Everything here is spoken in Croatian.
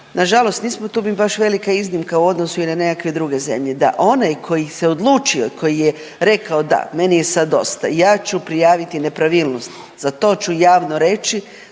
na žalost nismo mi tu baš velika iznimka i u odnosu na nekakve druge zemlje, da onaj koji se odlučio i koji je rekao da, meni je sad dosta, ja ću prijaviti nepravilnost, za to ću javno reći